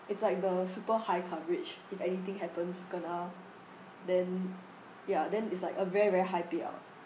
it's like the super high coverage if anything happens kena then ya then it's like a very very high payout